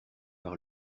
par